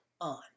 on